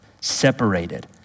separated